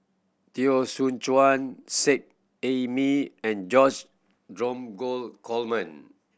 Teo Soon Chuan Seet Ai Mee and George Dromgold Coleman